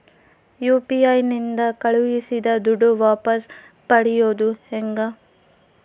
UPI ನಿಂದ ಕಳುಹಿಸಿದ ದುಡ್ಡು ವಾಪಸ್ ಪಡೆಯೋದು ಹೆಂಗ?